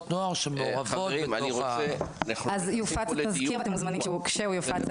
אז כשהתזכיר יופץ,